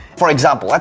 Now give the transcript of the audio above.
for example,